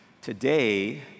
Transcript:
Today